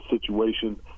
situation